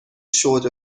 short